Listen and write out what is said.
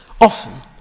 Often